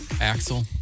Axel